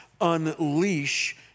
unleash